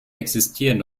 existieren